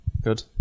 Good